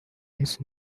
his